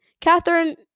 Catherine –